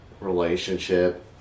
relationship